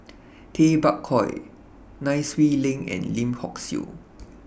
Tay Bak Koi Nai Swee Leng and Lim Hock Siew